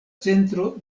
centro